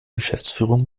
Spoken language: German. geschäftsführung